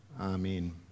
Amen